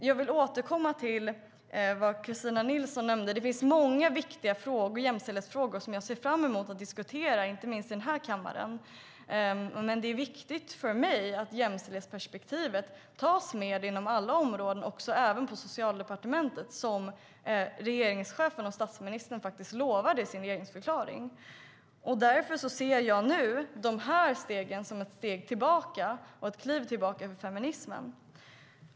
Jag vill återkomma till det som Kristina Nilsson nämnde. Det finns många viktiga jämställdhetsfrågor som jag ser fram emot att diskutera, inte minst i denna kammare. Men det är viktigt för mig att jämställdhetsperspektivet tas med inom alla områden även på Socialdepartementet, som regeringschefen och statsministern faktiskt lovade i sin regeringsförklaring. Därför ser jag nu de här stegen som steg tillbaka, och kliv tillbaka för feminismen.